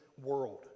world